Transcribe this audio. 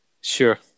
Sure